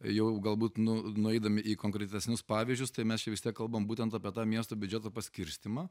jau galbūt nu nueidami į konkretesnius pavyzdžius tai mes čia vis tiek kalbam būtent apie tą miesto biudžeto paskirstymą